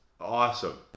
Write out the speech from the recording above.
awesome